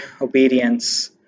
obedience